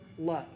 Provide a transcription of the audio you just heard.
love